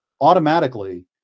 automatically